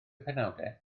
penawdau